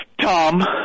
Tom